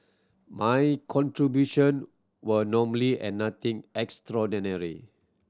my contribution were normally and nothing extraordinary